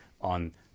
on